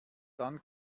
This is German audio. dann